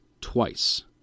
twice